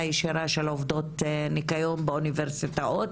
ישירה של עובדות ניקיון באוניברסיטאות.